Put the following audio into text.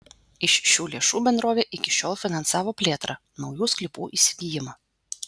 iš šių lėšų bendrovė iki šiol finansavo plėtrą naujų sklypų įsigijimą